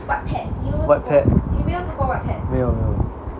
wattpad 没有没有